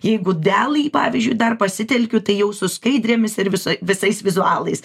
jeigu delai pavyzdžiui dar pasitelkiu tai jau su skaidrėmis ir visoj visais vizualais